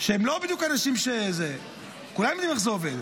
והם לא בדיוק אנשים, כולם יודעים איך זה עובד.